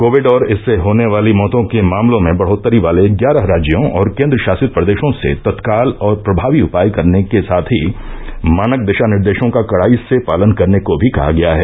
Covid और इससे होने वाली मौतों के मामलों में बढोत्तरी वाले ग्यारह राज्यों और केन्द्रशासित प्रदेशों से तत्काल और प्रभावी उपाय करने के साथ ही मानक दिशा निर्देशों का कडाई से पालन करने को भी कहा गया है